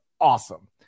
awesome